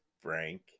Frank